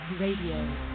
radio